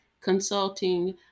consulting